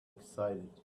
excited